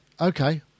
okay